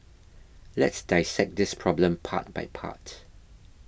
let's dissect this problem part by part